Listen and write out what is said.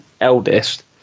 eldest